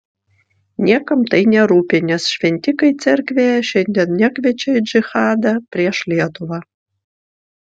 niekam tai nerūpi nes šventikai cerkvėje šiandien nekviečia į džihadą prieš lietuvą